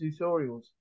tutorials